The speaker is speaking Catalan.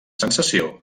sensació